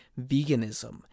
veganism